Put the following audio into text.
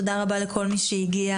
תודה רבה לכל מי שהגיע.